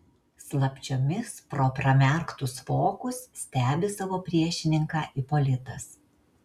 slapčiomis pro pramerktus vokus stebi savo priešininką ipolitas